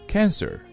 Cancer